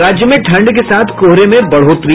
और राज्य में ठंड के साथ कोहरे में बढ़ोतरी